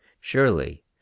surely